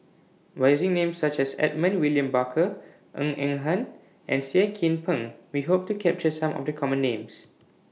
By using Names such as Edmund William Barker Ng Eng Hen and Seah Kian Peng We Hope to capture Some of The Common Names